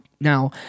now